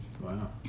Wow